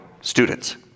students